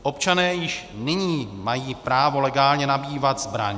Občané již nyní mají právo legálně nabývat zbraň.